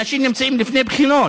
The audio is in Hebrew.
אנשים נמצאים לפני בחינות.